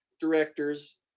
directors